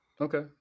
Okay